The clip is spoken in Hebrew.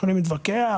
יכולים להתווכח,